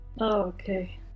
Okay